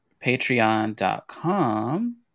patreon.com